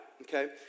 okay